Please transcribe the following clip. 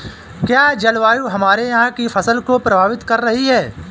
क्या जलवायु हमारे यहाँ की फसल को प्रभावित कर रही है?